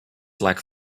lack